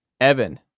Evan